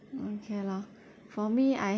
okay lah for me I